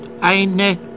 eine